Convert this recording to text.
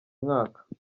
mwaka